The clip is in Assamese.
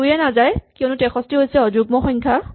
২ য়ে নাযায় কিয়নো ৬৩ টো হৈছে অযুগ্ম সংখ্যা